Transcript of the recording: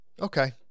okay